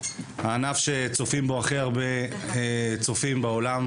הענף שצופים בו הכי הרבה אנשים בעולם,